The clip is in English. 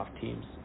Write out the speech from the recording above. Teams